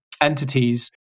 entities